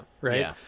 right